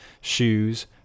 shoes